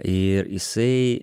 ir jisai